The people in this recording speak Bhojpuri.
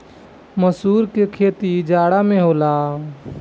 मसूर के खेती जाड़ा में होला